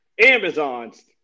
Amazons